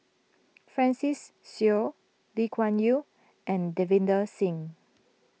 Francis Seow Lee Kuan Yew and Davinder Singh